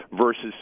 versus